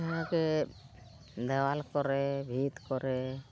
ᱱᱚᱣᱟᱜᱮ ᱫᱮᱣᱟᱞ ᱠᱚᱨᱮ ᱵᱷᱤᱛ ᱠᱚᱨᱮ